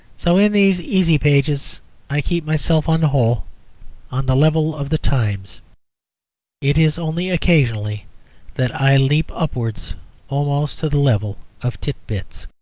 so in these easy pages i keep myself on the whole on the level of the times it is only occasionally that i leap upwards almost to the level of tit-bits.